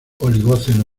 oligoceno